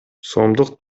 сомдук